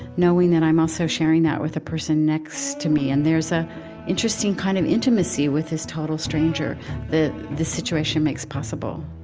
knowing that i'm also sharing that with a person next to me? and there's an ah interesting kind of intimacy with this total stranger that the situation makes possible.